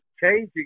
Changing